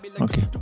okay